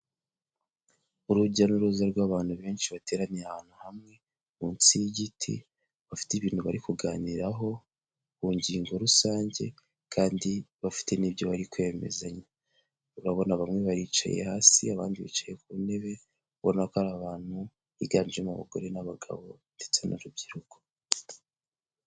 Urujya n'uruza rw'abantu benshi bateraniye ahantu hamwe munsi y'igiti bafite ibintu bari kuganiraho ku ngingo rusange kandi bafite ni nibyo bari kwemezanya, urabona bamwe baricaye hasi abandi bicaye ku ntebe ubona ko ari abantu biganjemo abagore n'abagabo ndetse n'urubyiruko.